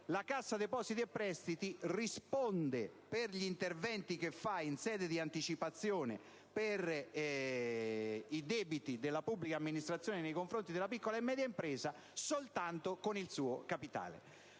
privati, essa risponde per gli interventi che fa in sede di anticipazione per i debiti della pubblica amministrazione nei confronti della piccola e media impresa soltanto con il suo capitale,